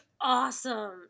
awesome